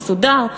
מסודר,